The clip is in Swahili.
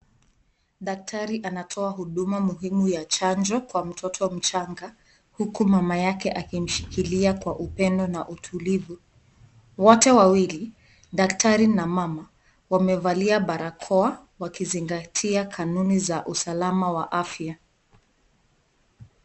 Daktari anatoa huduma muhimu ya chanjo kwa mtoto mchanga huku mama yake akimshikilia kwa upendo na utulivu. Wote wawili, daktari na mama wamevalia barakoa wakizingatia kanuni za usalama wa afya.